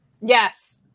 Yes